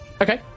okay